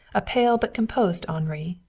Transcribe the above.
a pale but composed henri.